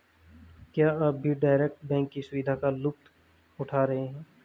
क्या आप भी डायरेक्ट बैंक की सुविधा का लुफ्त उठा रहे हैं?